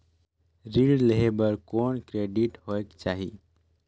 ऋण लेहे बर कौन क्रेडिट होयक चाही?